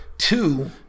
Two